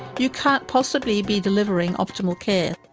you can't possibly be delivering optimal care.